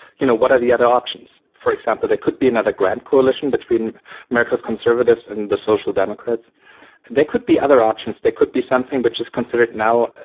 you know what are the other options? for example, there could be another grand coalition between merkel's conservatives and the social democrats, and there could be other options, there could be something which is considered now,